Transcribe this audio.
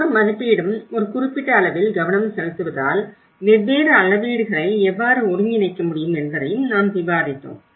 ஒவ்வொரு மதிப்பீடும் ஒரு குறிப்பிட்ட அளவில் கவனம் செலுத்துவதால் வெவ்வேறு அளவீடுகளை எவ்வாறு ஒருங்கிணைக்க வேண்டும் என்பதையும் நாம் விவாதித்தோம்